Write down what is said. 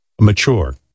mature